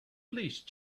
please